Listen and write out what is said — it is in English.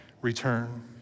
return